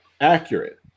accurate